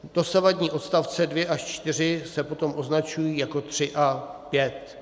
Dosavadní odstavce 2 až 4 se potom označují jako 3 až 5.